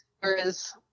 whereas